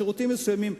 שירותים מסוימים,